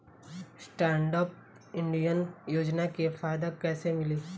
Stand up India योजना के फायदा कैसे मिली?